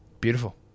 Beautiful